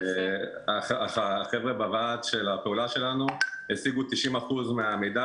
החבר'ה בוועד הפעולה שלנו השיגו כבר 90% מהמידע,